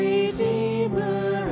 Redeemer